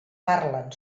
parlen